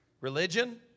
religion